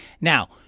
Now